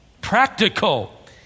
Practical